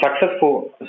successful